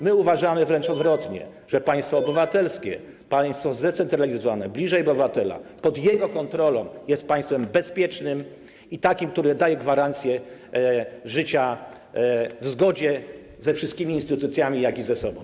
My uważamy wręcz odwrotnie, że państwo obywatelskie, państwo zdecentralizowane, bliżej obywatela, pod jego kontrolą jest państwem bezpiecznym i takim, które daje gwarancję życia w zgodzie ze wszystkimi instytucjami i ze sobą.